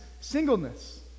singleness